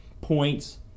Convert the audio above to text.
points